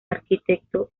arquitecto